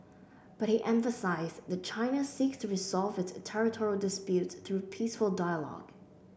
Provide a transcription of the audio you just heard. but he emphasised that China seeks to resolve its territorial disputes through peaceful dialogue